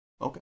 okay